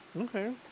Okay